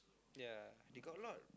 ya they got a lot